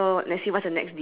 that's the next difference